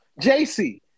JC